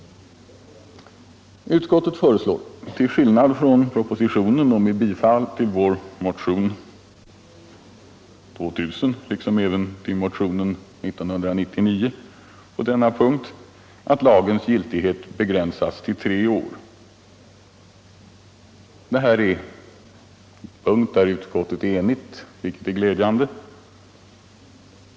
Utskottet föreslår, till skillnad från propositionen och med bifall till vår motion nr 2000 liksom även till motion nr 1999 på denna punkt, att lagens giltighet begränsas till tre år. På denna punkt är utskottet enigt, vilket är glädjande.